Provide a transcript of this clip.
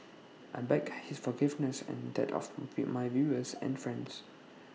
I beg his forgiveness and that of my viewers and friends